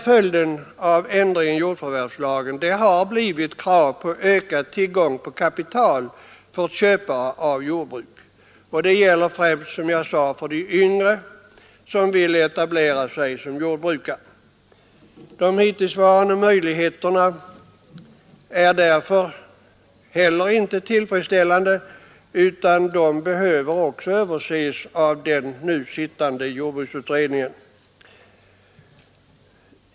Följden av ändringen i jordförvärvslagen har blivit krav på ökad tillgång till kapital för köpare av jordbruk, främst för de yngre som vill etablera sig 'som jordbrukare. Därför är inte heller de hittillsvarande möjligheterna tillfredsställande utan också de behöver överses av den nu sittande jordbruksutredningen.